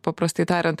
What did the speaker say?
paprastai tariant